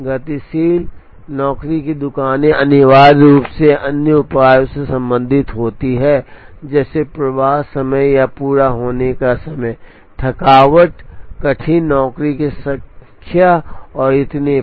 गतिशील नौकरी की दुकानें अनिवार्य रूप से अन्य उपायों से संबंधित होती हैं जैसे प्रवाह समय या पूरा होने का समय थकावट कठिन नौकरी की संख्या और इतने पर